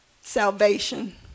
salvation